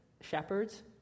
shepherds